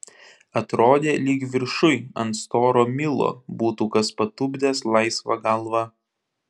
atrodė lyg viršuj ant storo milo būtų kas patupdęs laisvą galvą